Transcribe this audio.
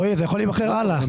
רואי, זה יכול להימכר הלאה.